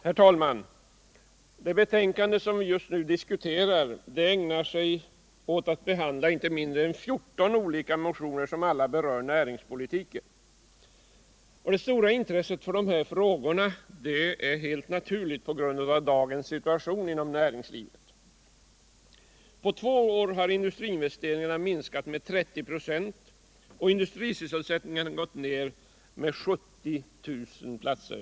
Herr talman! I det betänkande som vi nu skall diskutera behandlas inte mindre än 14 motioner, som alla berör näringspolitiken. Det stora intresset för dessa frågor är naturligt mot bakgrund av dagens situation inom näringslivet. På två år har industriinvesteringarna minskat med 30 26 och industrisysselsättningen gått ned med ca 70000 platser.